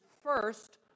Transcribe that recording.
first